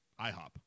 IHOP